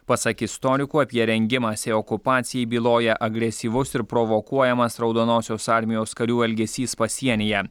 pasak istorikų apie rengimąsi okupacijai byloja agresyvus ir provokuojamas raudonosios armijos karių elgesys pasienyje